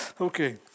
okay